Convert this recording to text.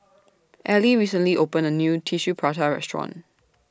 Ellie recently opened A New Tissue Prata Restaurant